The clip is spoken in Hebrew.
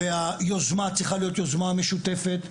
והיוזמה צרכיה להיות יוזמה משותפת,